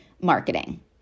Marketing